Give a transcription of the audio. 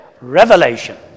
revelation